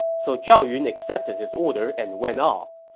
so zhao yun accepted his order and went off.